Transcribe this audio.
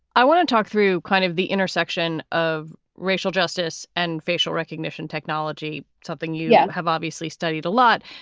i want to talk through kind of the intersection of racial justice and facial recognition technology, something you yeah have obviously studied a lot.